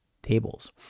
Tables